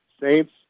Saints